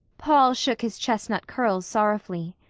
paul shook his chestnut curls sorrowfully.